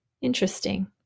Interesting